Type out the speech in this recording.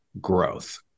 growth